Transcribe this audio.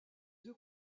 deux